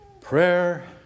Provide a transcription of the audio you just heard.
Prayer